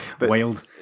wild